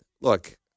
look